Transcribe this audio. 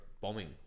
bombing